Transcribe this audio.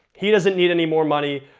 he doesn't need anymore money,